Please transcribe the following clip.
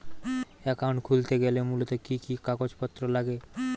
Account খুলতে গেলে মূলত কি কি কাগজপত্র লাগে?